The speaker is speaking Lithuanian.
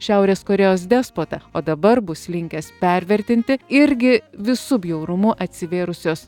šiaurės korėjos despotą o dabar bus linkęs pervertinti irgi visu bjaurumu atsivėrusios